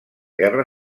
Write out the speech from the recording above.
guerra